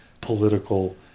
political